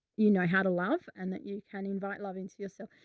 you know, i had a love and that you can invite loving to yourself,